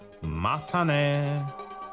Matane